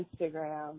Instagram